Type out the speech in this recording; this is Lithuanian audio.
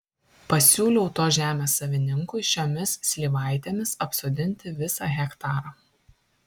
pasiūliau tos žemės savininkui šiomis slyvaitėmis apsodinti visą hektarą